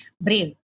brave